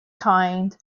kind